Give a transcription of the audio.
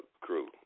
crew